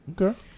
Okay